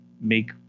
make